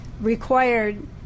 required